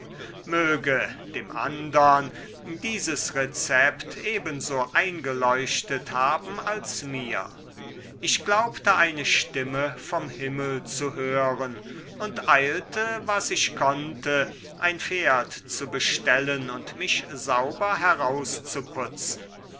möge dem andern dieses rezept ebenso eingeleuchtet haben als mir ich glaubte eine stimme vom himmel zu hören und eilte was ich konnte ein pferd zu bestellen und mich sauber